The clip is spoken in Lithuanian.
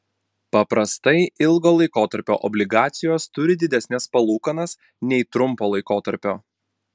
paprastai ilgo laikotarpio obligacijos turi didesnes palūkanas nei trumpo laikotarpio